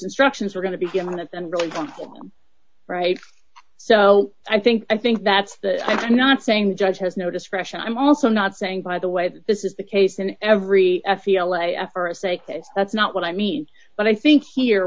instructions were going to be given to them really right so i think i think that's the i'm not saying the judge has no discretion i'm also not saying by the way that this is the case in every f e l a f or a say that that's not what i mean but i think here